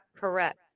Correct